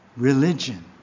Religion